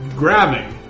grabbing